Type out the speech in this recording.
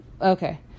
okay